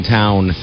town